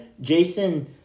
Jason